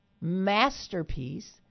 masterpiece